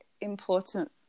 important